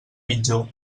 mitjó